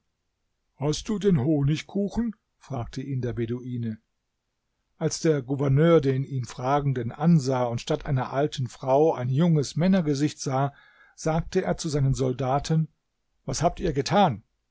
hast du den honigkuchen fragte ihn der beduine als der gouverneur den ihn fragenden ansah und statt einer alten frau ein junges männergesicht sah sagte er zu seinen soldaten was habt ihr getan